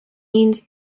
means